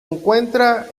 encuentra